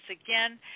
again